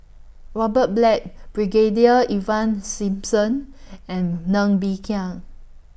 Robert Black Brigadier Ivan Simson and Ng Bee Kia